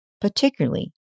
particularly